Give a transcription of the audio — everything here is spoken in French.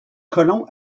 colons